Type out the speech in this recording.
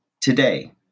today